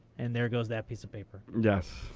and there goes that piece of paper. yes,